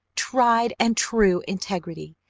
tried and true integrity!